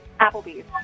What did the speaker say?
Applebee's